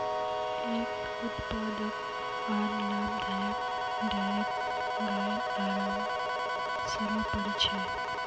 एक उत्पादक आर लाभदायक डेयरीत गाइर आराम सर्वोपरि छ